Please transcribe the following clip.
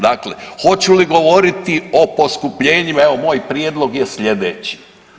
Dakle, hoću li govoriti o poskupljenjima, evo, moj prijedlog je sljedeći.